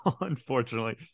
Unfortunately